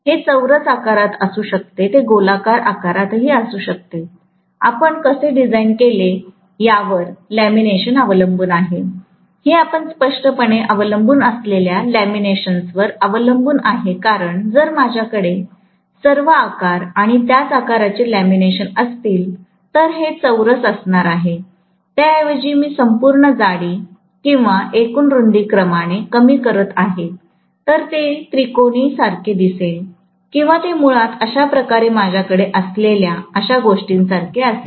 हे चौरस आकारात असू शकते ते गोलाकार आकारात असू शकते आपण कसे डिझाइन केले या वर लॅमिनेशन अवलंबून आहे हे आपण स्पष्टपणे अवलंबून असलेल्या लॅमिनेशन्सवर अवलंबून आहे कारण जर माझ्या कडे सर्व आकार आणि त्याच आकाराचे लॅमिनेशन असतील तर हे चौरस असणार आहे त्या ऐवजी मी संपूर्ण जाडी किंवा एकूण रुंदीक्रमाने कमी करीत आहे तर ते त्रिकोणी सारखे दिसेल किंवा ते मुळात अशा प्रकारे माझ्या कडे असलेल्या अशा गोष्टी सारखे असेल